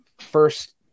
first